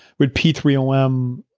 with p three o m,